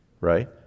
right